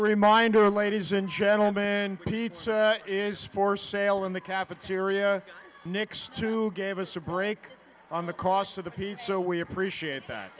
reminder ladies and gentlemen pizza is for sale in the cafeteria next to gave us a break on the cost of the pizza we appreciate that